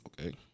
Okay